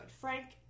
Frank